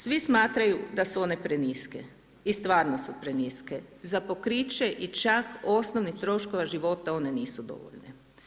Svi smatraju da su one preniske i stvarno su preniske, za pokriće i čak osnovni troškova života, one nisu dovoljne.